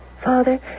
Father